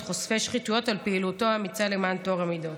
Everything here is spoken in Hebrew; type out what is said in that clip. חושפי שחיתויות על פעילותו האמיצה למען טוהר המידות.